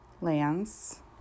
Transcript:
lands